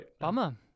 Bummer